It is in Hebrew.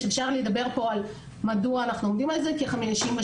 אפשר לדבר פה על מדוע אנחנו עומדים על זה, כ-53%,